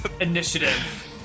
Initiative